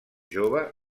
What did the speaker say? jove